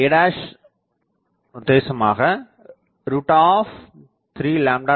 a30h